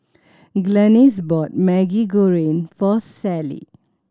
Glennis brought Maggi Goreng for Sallie